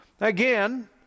Again